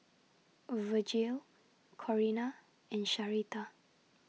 Virgil Corina and Sharita